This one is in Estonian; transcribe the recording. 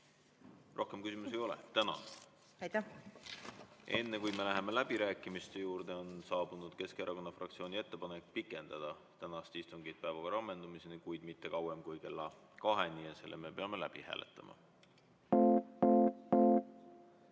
Rohkem küsimusi ei ole. Tänan! Enne kui läheme läbirääkimiste juurde, on saabunud Keskerakonna fraktsiooni ettepanek pikendada tänast istungit päevakorra ammendumiseni, kuid mitte kauem kui kella kaheni, ja me peame selle läbi hääletama. Head